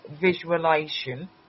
visualization